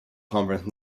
conference